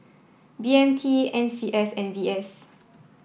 B M T N C S and V S